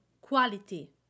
quality